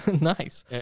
nice